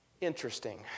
interesting